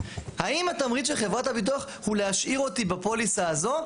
האם התמריץ של חברת הביטוח הוא להשאיר אותי בפוליסה הזאת?